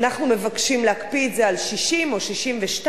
אנחנו מבקשים להקפיא את זה על 60 או 62,